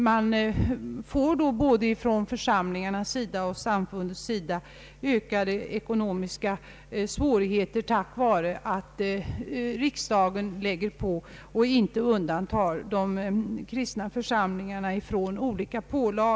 Man får då både inom församlingarna och inom samfunden ökade ekonomiska svårigheter på grund av att riksdagen beslutar om olika pålagor och inte undantar de kristna samfunden från dessa.